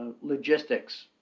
logistics